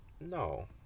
no